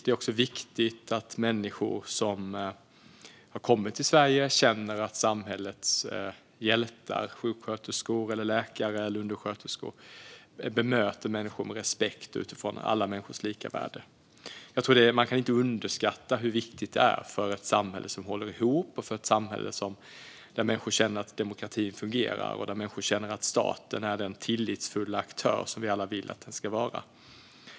Det är också viktigt att människor som har kommit till Sverige känner att samhällets hjältar - sjuksköterskor, läkare och undersköterskor - bemöter dem med respekt utifrån alla människors lika värde. Man kan inte överskatta hur viktigt det är för ett samhälle som håller ihop och för ett samhälle där människor känner att demokratin fungerar och att staten är den tillitsskapande aktör som vi alla vill att den ska vara.